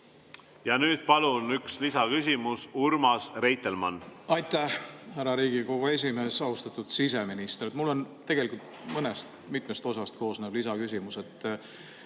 Ja nüüd palun üks lisaküsimus. Urmas Reitelmann. Aitäh, härra Riigikogu esimees! Austatud siseminister! Mul on tegelikult mitmest osast koosnev lisaküsimus.